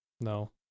No